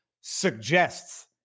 suggests